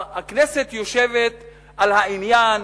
הכנסת יושבת על העניין,